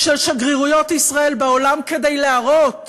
של שגרירויות ישראל בעולם כדי להראות